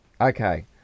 Okay